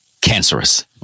cancerous